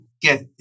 get